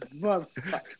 motherfucker